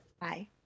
Bye